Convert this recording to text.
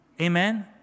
Amen